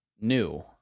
new